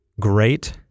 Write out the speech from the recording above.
great